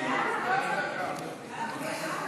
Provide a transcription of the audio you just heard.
נקסט.